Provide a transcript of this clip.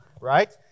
right